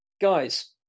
guys